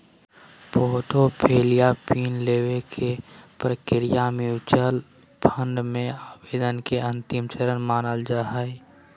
portfolio pin लेबे के प्रक्रिया म्यूच्यूअल फंड मे आवेदन के अंतिम चरण मानल जा हय